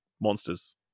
monsters